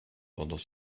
pendant